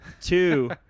two